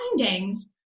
findings